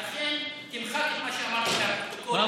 ולכן תמחק את מה שאמרת מהפרוטוקול.